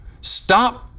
stop